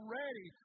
ready